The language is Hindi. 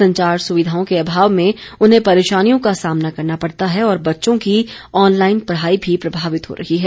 संचार सुविधाओं के अभाव में उन्हें परेशानियों का सामना करना पड़ता है और बच्चों की ऑनलाइन पढ़ाई भी प्रभावित हो रही है